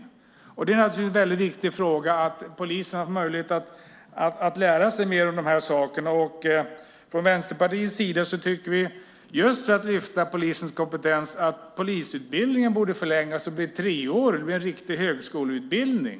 Det är naturligtvis viktigt att poliserna har möjlighet att lära sig mer om de här sakerna. För att just höja polisens kompetens tycker vi från Vänsterpartiets sida att polisutbildningen borde förlängas och bli treårig och en riktig högskoleutbildning.